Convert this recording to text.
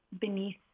beneath